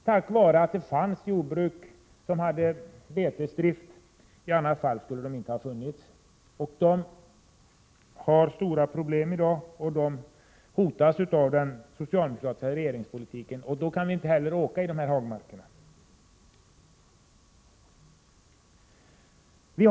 Tack vare jordbruken med betesdrift finns det alltså fortfarande hagmarker. Utan sådana jordbruk skulle hagmarkerna inte finnas. Problemeni detta sammanhang är i dag stora. Den socialdemokratiska regeringspolitiken utgör här ett hot. Om denna genomförs, blir vi av med dessa hagmarker.